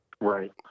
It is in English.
Right